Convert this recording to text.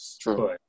True